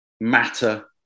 matter